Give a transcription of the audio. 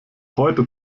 heute